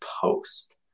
post